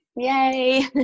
Yay